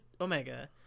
Omega